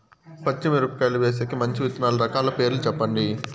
పచ్చి మిరపకాయలు వేసేకి మంచి విత్తనాలు రకాల వివరాలు చెప్పండి?